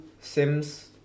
sims